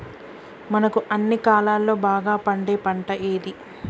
మనకు అన్ని కాలాల్లో బాగా పండే పంట ఏది?